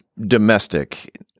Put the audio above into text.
domestic